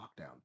lockdown